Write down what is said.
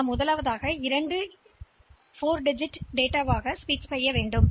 எனவே நான் அதை 2 இலக்கங்களாக தனித்தனியாக மாற்றி அவற்றை திறக்காத வடிவத்தில் சேமிக்க வேண்டும்